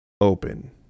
open